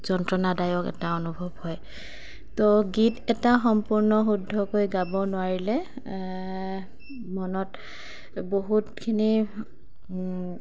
যন্ত্ৰণাদায়ক এটা অনুভৱ হয় তো গীত এটা সম্পূৰ্ণ শুদ্ধকৈ গাব নোৱাৰিলে মনত বহুতখিনি